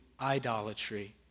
idolatry